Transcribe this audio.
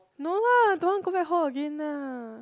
no lah don't want home again lah